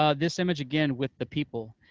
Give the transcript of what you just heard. ah this image, again, with the people,